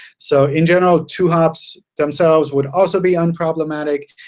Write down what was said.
so in general, two hops themselves would also be unproblematic.